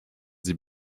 sie